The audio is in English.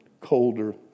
colder